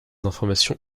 informations